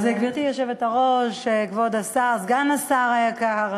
גברתי היושבת-ראש, כבוד השר, סגן השר היקר,